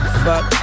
fuck